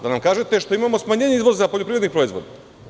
Da nam kažete što imamo smanjenje izvoza poljoprivrednih proizvoda?